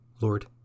Lord